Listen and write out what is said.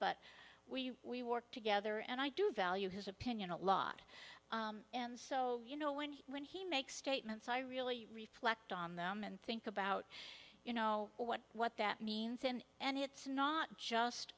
but we we work together and i do value his opinion a lot and so you know when he when he makes statements i really reflect on them and think about you know what what that means and and it's not just